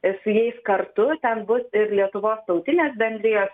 su jais kartu ten bus ir lietuvos tautinės bendrijos